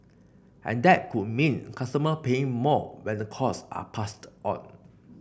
and that could mean customer paying more when the cost are passed on